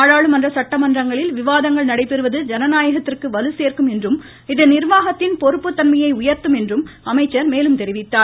நாடாளுமன்ற சட்டமன்றங்களில் விவாதங்கள் நடைபெறுவது ஜனநாயகத்திற்கு வலுசோக்கும் என்றும் இது நிர்வாகத்தின் பொறுப்புத் தன்மையை உயர்த்தும் என்றும் அமைச்சர் மேலும் தெரிவித்தார்